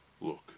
look